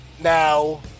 Now